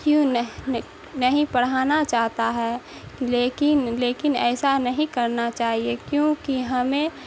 کیوں نہیں پڑھانا چاہتا ہے لیکن لیکن ایسا نہیں کرنا چاہیے کیونکہ ہمیں